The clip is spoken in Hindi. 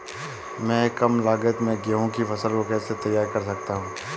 मैं कम लागत में गेहूँ की फसल को कैसे तैयार कर सकता हूँ?